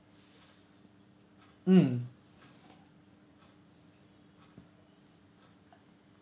mm